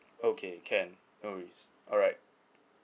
okay can no worries alright